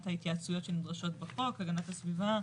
ההתייעצויות שנדרשות בחוק: הגנת הסביבה,